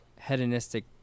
hedonistic